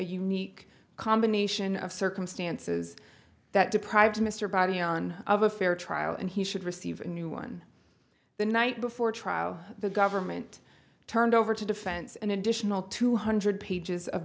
unique combination of circumstances that deprived mr body on of a fair trial and he should receive a new one the night before trial the government turned over to defense an additional two hundred pages of